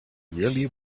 really